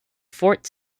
fort